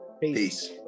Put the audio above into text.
Peace